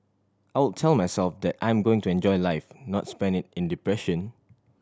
I would tell myself that I'm going to enjoy life not spend it in depression